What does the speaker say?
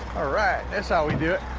ah right. that's how we do it.